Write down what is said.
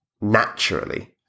naturally